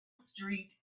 street